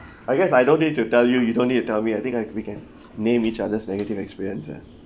I guess I don't need to tell you you don't need to tell me I think I we can name each other's negative experience ah